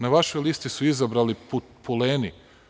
Na vašoj listi su izabrani puleni.